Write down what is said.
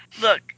Look